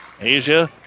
Asia